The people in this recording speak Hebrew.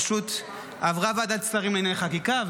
פשוט עברה ועדת שרים לענייני חקיקה,